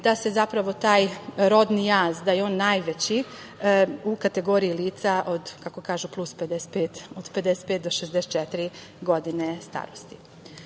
da se zapravo taj rodni jaz, da je on najveći u kategoriji lica od, kako kažu, plus 55, od 55 do 64 godine starosti. Ako